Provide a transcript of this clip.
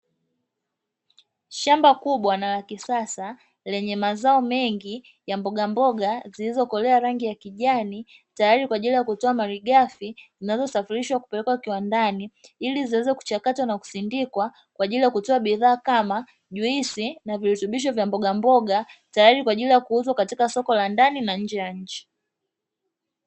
Shamba kubwa na la kisasa lenye mazao mengi ya mbogamboga zilizokolea rangi ya kijani, tayari kwa ajili ya kutoa malighafi zinazosafirishwa kupelekwa kiwandani, ili ziweze kuchakatwa na kusindikwa kwa ajili ya kutoa bidhaa kama; juisi na virutubisho vya mboga mboga, tayari kwa ajili ya kuuzwa katika soko la ndani na nje ya nchi.